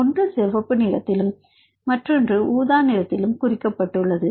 ஒன்று சிவப்பு நிறத்திலும் மற்றொன்று ஊதா நிறத்திலும் குறிக்கப்பட்டுள்ளது